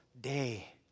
day